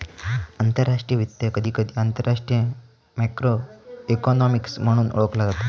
आंतरराष्ट्रीय वित्त, कधीकधी आंतरराष्ट्रीय मॅक्रो इकॉनॉमिक्स म्हणून ओळखला जाता